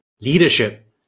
Leadership